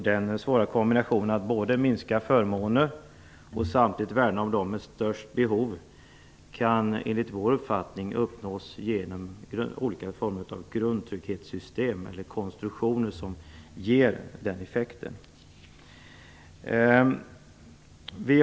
Den svåra kombinationen att samtidigt minska förmåner och värna om dem med störst behov kan enligt vår uppfattning uppnås genom olika former av grundtrygghetssystem eller konstruktioner som ger den effekten.